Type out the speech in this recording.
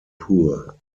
poor